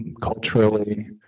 culturally